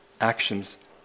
actions